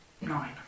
nine